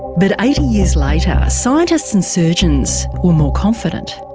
but eighty years later, scientists and surgeons were more confident.